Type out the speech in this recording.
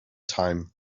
time